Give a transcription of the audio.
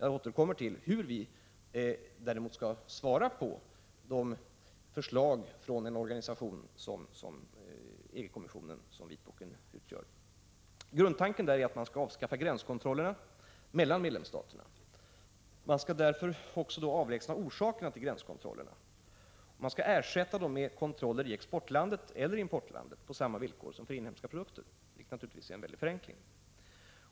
Jag återkommer däremot till hur vi skall svara på de förslag från en organisation som EG-kommissionens vitbok är exempel på. Grundtanken är att man skall avskaffa gränskontrollerna mellan medlemsstaterna. Man skall därför också avlägsna orsakerna till gränskontrollerna. De skall ersättas med kontroller i exportlandet eller i importlandet på samma villkor som gäller för inhemska produkter, vilket naturligtvis är en stark förenkling.